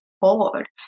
bored